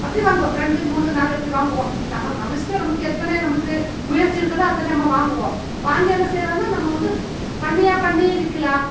அப்படி வாங்குவோம் ரெண்டு மூணு நாலு இப்படி வாங்குவோம் நம்ம நம்ம இஷ்டம் நம்மளுக்கு எத்தனை நம்மளுக்கு முயற்சி இருக்குதோ அத்தனை நம்ம வாங்குவோம் வாங்கி என்ன செய்கிறோன்னா நம்ம வந்து பண்ணையாக பண்ணி விற்கிலாம்